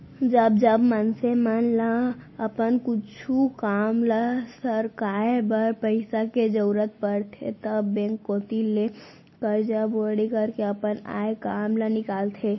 जब जब मनसे मन ल अपन कुछु काम ल सरकाय बर पइसा के जरुरत परथे तब बेंक कोती ले करजा बोड़ी करके अपन आय काम ल निकालथे